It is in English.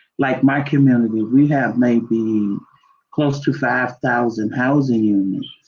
like my community, we we have maybe close to five thousand housing units.